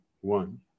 one